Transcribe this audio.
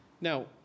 Now